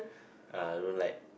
uh I don't like